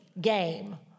game